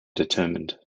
determined